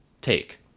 take